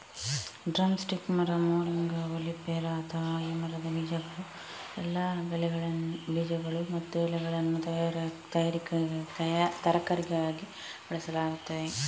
drum stick ಮರ, moringa oleifera, ಅಥವಾ ಆ ಮರದ ಬೀಜಗಳು ಮತ್ತು ಎಲೆಗಳನ್ನು ತರಕಾರಿಯಾಗಿ ಬಳಸಲಾಗುತ್ತದೆ